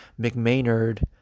McMaynard